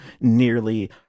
nearly